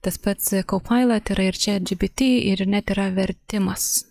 tas pats kopailat yra ir čiat džipiti ir net yra vertimas